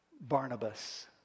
Barnabas